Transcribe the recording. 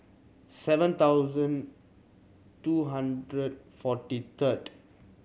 seven thousand two hundred forty third